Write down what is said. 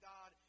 God